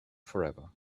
forever